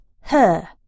Her